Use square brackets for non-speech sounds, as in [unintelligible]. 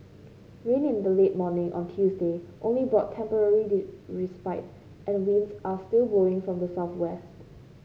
rain in the late morning on Tuesday only brought temporary [unintelligible] respite and winds are still blowing from the southwest